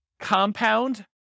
compound